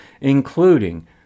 including